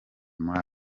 muri